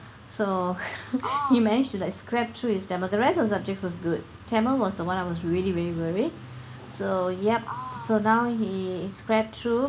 so he manage to like scrap through his tamil the rest of the subjects was good tamil was the [one] I was really very worried so yup so now he scraped through